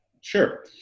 Sure